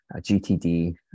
GTD